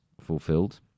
fulfilled